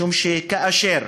משום שכאשר